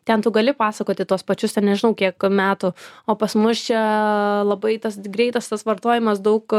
ten tu gali pasakoti tuos pačius ten nežinau kiek metų o pas mus čia labai tas greitas tas vartojimas daug